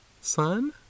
son